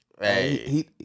Hey